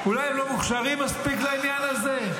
--- אולי הם לא מוכשרים מספיק לעניין הזה?